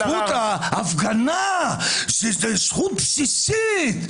וזכות ההפגנה, זכות בסיסית.